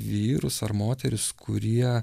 vyrus ar moteris kurie